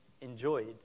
enjoyed